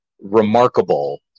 remarkable